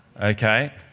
okay